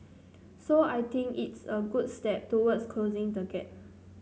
so I think it's a good step towards closing the gap